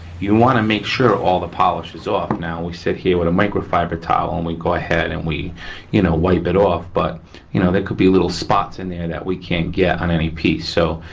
you wanna make sure all the polish is off now we sit here but microfiber towel and we go ahead and we you know, wipe it off. but you know, there could be little spots in there that we can't get on any piece. so,